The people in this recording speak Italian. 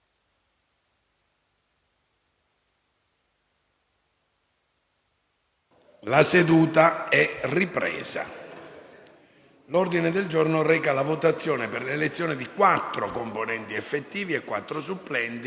una nuova finestra"). L'ordine del giorno reca la votazione per l'elezione di quattro componenti effettivi e quattro supplenti